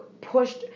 pushed